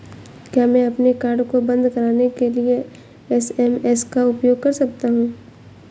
क्या मैं अपने कार्ड को बंद कराने के लिए एस.एम.एस का उपयोग कर सकता हूँ?